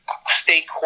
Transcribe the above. state